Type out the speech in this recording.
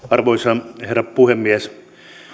arvoisa herra puhemies